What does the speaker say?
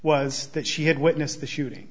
was that she had witnessed the shooting